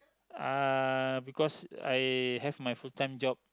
uh because I have my full time job